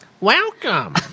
Welcome